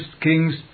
Kings